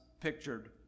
pictured